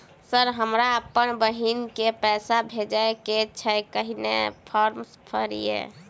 Sir हम अप्पन बहिन केँ पैसा भेजय केँ छै कहैन फार्म भरीय?